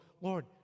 Lord